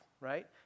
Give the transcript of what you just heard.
right